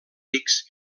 rics